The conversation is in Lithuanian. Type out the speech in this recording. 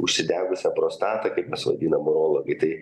užsidegusia prostata kaip mes vadinam urologijoj tai